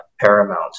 paramount